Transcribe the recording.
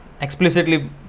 explicitly